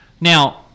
Now